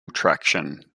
traction